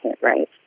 right